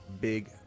big